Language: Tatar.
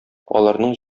аларның